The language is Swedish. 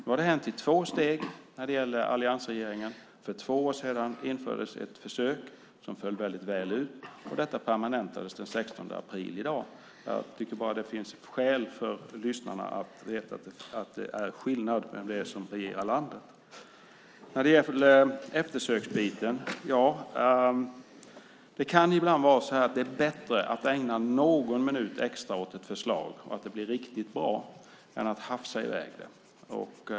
Nu har det hänt i två steg när det gäller alliansregeringen. För två år sedan infördes ett försök som föll väldigt väl ut, och detta permanentades den 16 april i år. Jag tycker bara att det finns skäl för lyssnarna att veta att det gör skillnad vem det är som regerar landet. När det gäller eftersöksbiten kan det ibland vara bättre att ägna någon minut extra åt ett förslag och att det blir riktigt bra än att hafsa i väg det.